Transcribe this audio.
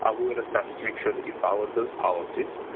ah we would assess to make sure that you followed those policies.